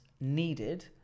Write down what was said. needed